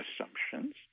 assumptions